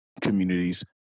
communities